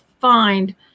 find